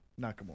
Nakamura